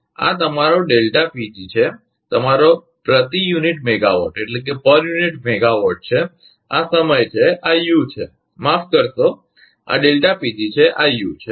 અને આ તમારો છે તમારો પ્રતિ યુનિટ મેગાવાટ છે આ સમય છે અને આ યુ છે માફ કરશો આ છે આ યુ છે